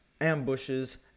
ambushes